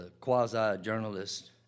quasi-journalist